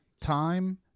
time